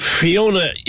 Fiona